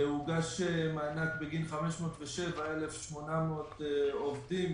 הוגש מענק בגין 507,800 עובדים,